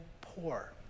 poor